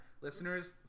listeners